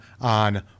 on